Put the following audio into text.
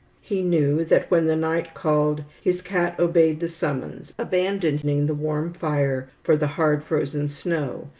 he knew that when the night called, his cat obeyed the summons, abandoning the warm fire for the hard-frozen snow,